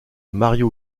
mario